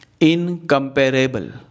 Incomparable